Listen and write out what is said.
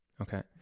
Okay